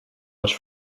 much